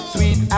Sweet